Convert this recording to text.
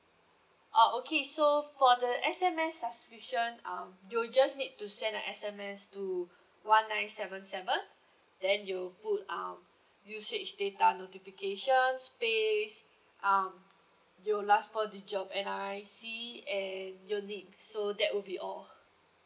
oh okay so for the S_M_S subscription um you'll just need to send a S_M_S to one nine seven seven then you put um usage data notification space um your last four digit of your N_R_I_C and your name so that will be all